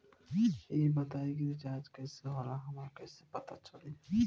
ई बताई कि रिचार्ज कइसे होला हमरा कइसे पता चली?